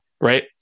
Right